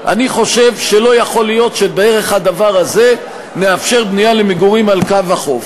אני חושב שלא יכול להיות שדרך הדבר הזה נאפשר בנייה למגורים על קו החוף,